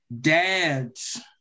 dad's